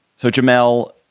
so, jamal,